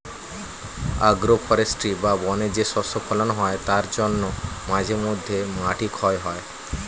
agro forestry বা বনে যে শস্য ফোলানো হয় তার জন্য মাঝে মধ্যে মাটি ক্ষয় হয়